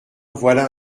voilà